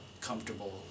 comfortable